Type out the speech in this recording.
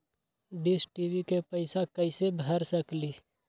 Dish TV के पैईसा कईसे भर सकली?